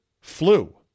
flu